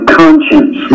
conscience